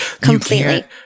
completely